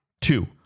Two